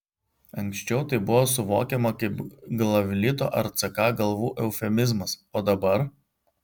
anksčiau tai buvo suvokiama kaip glavlito ar ck galvų eufemizmas o dabar